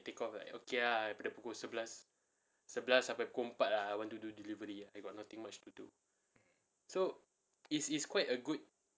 take off like okay ah pukul sebelas sebelas sampai pukul empat ah I want to do delivery I got nothing much to do so it's it's quite a good